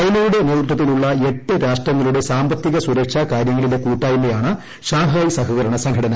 ചൈനയുടെ നേതൃത്വത്തിലുള്ള എട്ട് രാഷ്ട്രങ്ങളുടെ സാമ്പത്തിക സുരക്ഷാ കാര്യങ്ങളിലെ കൂട്ടായ്മയാണ് ഷാങ്ഹായ് സഹകരണ സംഘടന